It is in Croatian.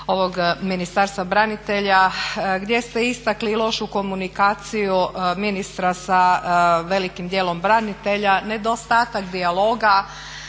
ovog Ministarstva branitelja gdje ste istakli i lošu komunikaciju ministra sa velikim dijelom branitelja, nedostatak dijaloga,